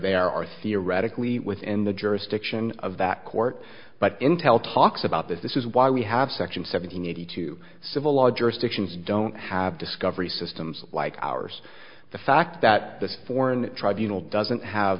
there are theoretically within the jurisdiction of that court but intel talks about this this is why we have section seven hundred eighty two civil law jurisdictions don't have discovery systems like ours the fact that this foreign tribunals doesn't have